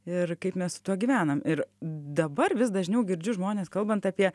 ir kaip mes tuo gyvenam ir dabar vis dažniau girdžiu žmones kalbant apie